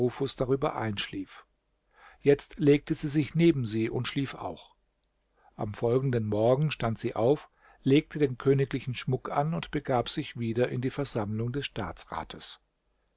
darüber einschlief jetzt legte sie sich neben sie und schlief auch am folgenden morgen stand sie auf legte den königlichen schmuck an und begab sich wieder in die versammlung des